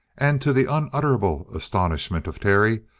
and to the unutterable astonishment of terry,